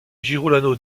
girolamo